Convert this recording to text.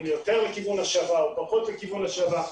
אם זה יותר לכיוון השבה או פחות השבה,